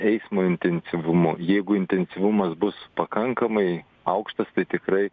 eismo intensyvumu jeigu intensyvumas bus pakankamai aukštas tai tikrai